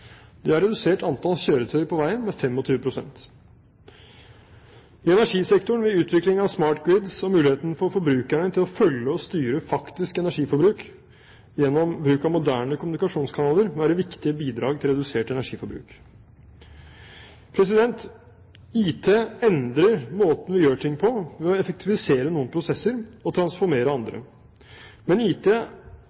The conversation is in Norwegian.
De har redusert antallet kjøretøyer på veien med 25 pst. I energisektoren vil utvikling av «smart grids» og muligheten for forbrukerne til å følge og styre faktisk energiforbruk gjennom bruk av moderne kommunikasjonskanaler være viktige bidrag til redusert energiforbruk. IT endrer måten vi gjør ting på, ved å effektivisere noen prosesser og transformere